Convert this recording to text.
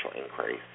increase